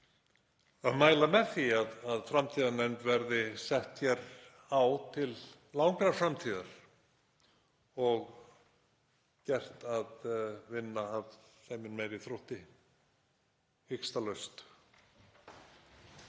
að mæla með því að framtíðarnefnd verði sett á til langrar framtíðar og gert að vinna af þeim mun meiri þrótti hikstalaust.